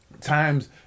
times